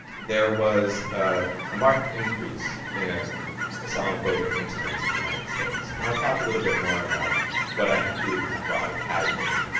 there was ah a marked increase in islamophobic incidents in the united states and i'll talk a little bit more about what i include in that broader category.